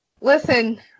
Listen